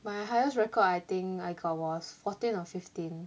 my highest record I think I got was fourteen or fifteen